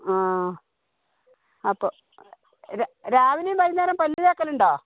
ആ അപ്പോൾ രാവിലെയും വൈകുന്നേരവും പല്ല് തേക്കലുണ്ടോ